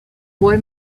boy